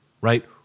right